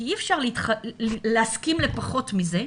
כי אי אפשר להסכים לפחות מזה,